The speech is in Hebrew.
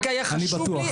רק היה חשוב לי,